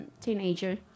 teenager